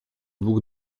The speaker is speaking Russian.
двух